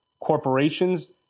corporations